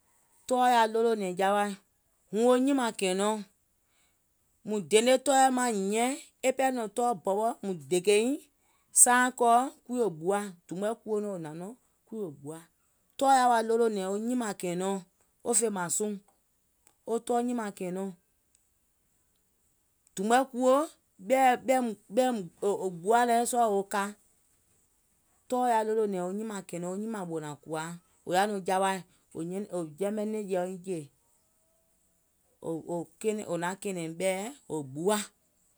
Tɔɔ yaà ɗòlònɛ̀ŋ jawa huŋ wo nyìmààŋ kɛ̀ɛ̀nɔɔŋ, mùŋ dene tɔɔɛ̀ maiŋ hiɛŋ e pɛɛ nɔŋ tɔɔ bɔwɔ mùŋ dìkèiŋ, saaìŋ kɔɔ kuuŋ wò gbuwà, dùum mɔ̀ɛ̀ kuwo wò hnàŋ nɔŋ kuuŋ wò gbuwà. Tɔɔ yaà wa d̀olònɛ̀ŋ wo nyìmààŋ kɛ̀ɛ̀nɛɔŋ, wo fè mààŋ suùŋ, wo tɔɔ nyimààŋ kɛ̀ɛ̀nɛɔŋ. Dùùm mɔɛ ɓɛ̀iŋ wò gbuwà lɛ sɔɔ̀ woo ka. Tɔɔ yaà ɗolònɛ̀ŋ wo nyìmààŋ kɛ̀ɛ̀nɛuŋ wo nyimààŋ ɓòò nàŋ kùwaùŋ, wo yaȧ nɔŋ jawaì wò yɛmɛ̀ nɛ̀ŋjeɛ̀ woiŋ jè.